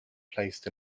placed